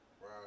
Right